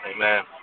Amen